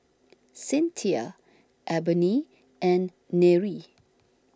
Cynthia Ebony and Nery